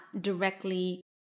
directly